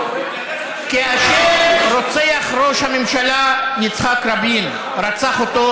ורצח, כאשר רוצח ראש הממשלה יצחק רבין רצח אותו,